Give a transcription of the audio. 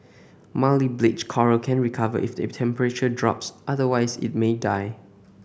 mildly bleached coral can recover if the temperature drops otherwise it may die